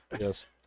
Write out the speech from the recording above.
yes